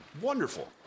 Wonderful